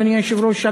אדוני היושב-ראש,